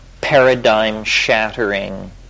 paradigm-shattering